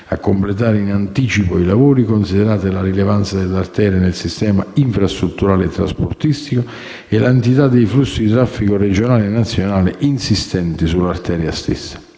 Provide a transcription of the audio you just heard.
a completare in anticipo i lavori, considerate la rilevanza dell'arteria nel sistema infrastrutturale e trasportistico e l'entità dei flussi di traffico regionale e nazionale insistenti sull'arteria stessa.